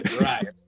Right